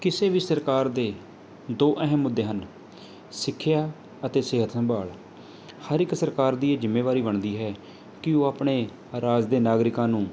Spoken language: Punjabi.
ਕਿਸੇ ਵੀ ਸਰਕਾਰ ਦੇ ਦੋ ਅਹਿਮ ਮੁੱਦੇ ਹਨ ਸਿੱਖਿਆ ਅਤੇ ਸਿਹਤ ਸੰਭਾਲ ਹਰ ਇੱਕ ਸਰਕਾਰ ਦੀ ਇਹ ਜ਼ਿੰਮੇਵਾਰੀ ਬਣਦੀ ਹੈ ਕਿ ਉਹ ਆਪਣੇ ਰਾਜ ਦੇ ਨਾਗਰਿਕਾਂ ਨੂੰ